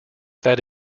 that